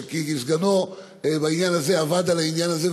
כי סגנו עבד על העניין הזה,